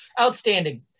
Outstanding